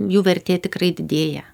jų vertė tikrai didėja